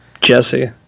jesse